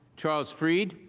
charles freed.